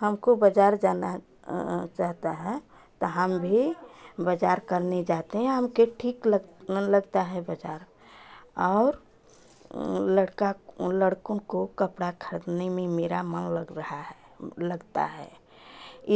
हमको बाज़ार जाना चाहता है तो हम भी बाज़ार करना जाते हैं हमके ठीक लग लगता है बाज़ार और लड़का लड़कों को कपड़ा खरीदने में मेरा मन लग रहा है लगता है